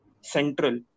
central